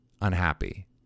unhappy